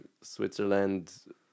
switzerland